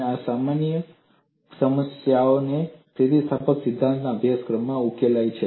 અને આ સમસ્યા સામાન્ય રીતે સ્થિતિસ્થાપકતાના સિદ્ધાંતના અભ્યાસક્રમમાં ઉકેલાય છે